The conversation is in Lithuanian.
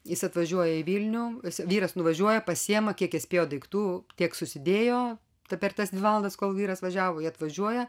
jis atvažiuoja į vilnių vyras nuvažiuoja pasiima kiek jis spėjo daiktų tiek susidėjo ta per tas dvi valandas kol vyras važiavo jie atvažiuoja